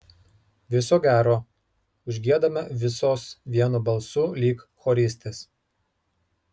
viso gero užgiedame visos vienu balsu lyg choristės